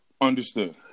Understood